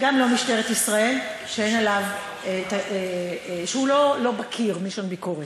גם לא משטרת ישראל, שהוא לא "בקיר", מלשון ביקורת.